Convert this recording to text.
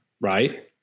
right